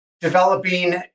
developing